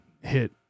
hit